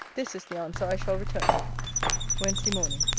this is the answer i shall return wednesday morning.